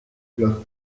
los